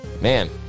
Man